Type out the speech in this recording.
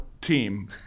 team